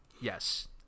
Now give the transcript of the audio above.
Yes